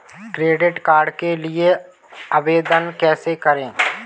Credit card के लिए आवेदन कैसे करें?